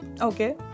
Okay